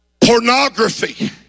pornography